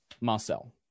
marcel